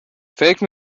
فکر